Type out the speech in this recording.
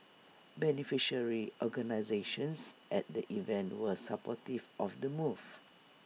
beneficiary organisations at the event were supportive of the move